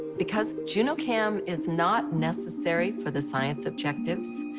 because junocam is not necessary for the science objectives,